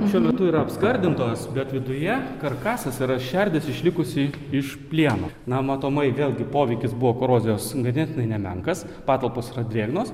šiuo metu yra apskardintos bet viduje karkasas yra šerdis išlikusi iš plieno na matomai vėlgi poveikis buvo korozijos ganėtinai nemenkas patalpos yra drėgnos